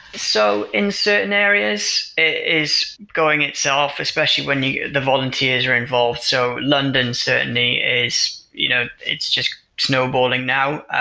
so in certain areas, it is going itself, especially when the the volunteers are involved. so london certainly is, you know it's just snowballing now.